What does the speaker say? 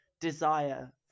desire